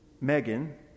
Megan